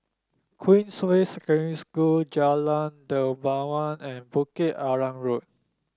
Queensway Secondary School Jalan Dermawan and Bukit Arang Road